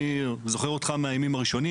אני זוכר אותך מהימים הראשונים.